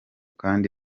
kandi